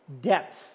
depth